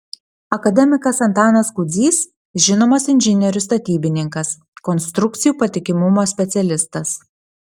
akademikas antanas kudzys žinomas inžinierius statybininkas konstrukcijų patikimumo specialistas